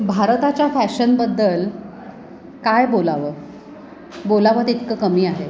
भारताच्या फॅशनबद्दल काय बोलावं बोलावं तितकं कमी आहे